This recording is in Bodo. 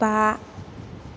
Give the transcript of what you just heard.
बा